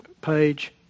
page